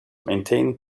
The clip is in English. maintain